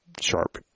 sharp